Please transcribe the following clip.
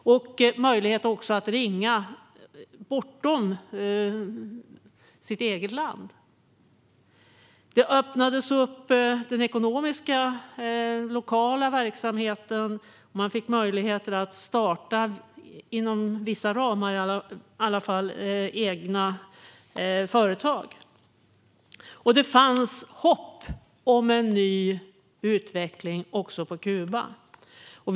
Man fick även möjlighet att ringa bortom sitt eget land. Det öppnades upp för lokala ekonomiska verksamheter. Man fick möjlighet att åtminstone inom vissa ramar starta egna företag. Det fanns hopp om en ny utveckling även på Kuba. Herr talman!